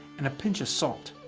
and a pinch of salt.